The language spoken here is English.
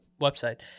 website